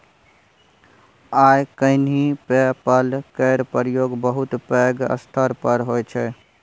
आइ काल्हि PayPal केर प्रयोग बहुत पैघ स्तर पर होइ छै